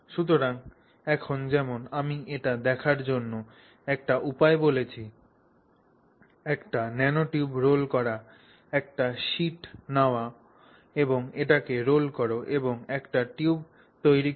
সুতরাং এখন যেমন আমি এটি দেখার জন্য একটি উপায় বলেছি একটি ন্যানোটিউব রোল করা একটি শীট নাও এবং এটিকে রোল কর এবং একটি টিউব তৈরি কর